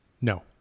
No